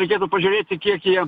reikėtų pažiūrėti kiek jie